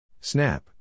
Snap